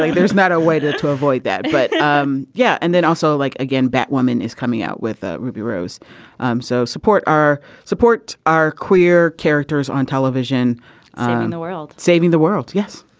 there's not a way to to avoid that but um yeah. and then also like again batwoman is coming out with a ruby rose um so support our support our queer characters on television and the world saving the world. yes